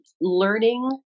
Learning